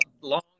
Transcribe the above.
long